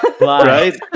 Right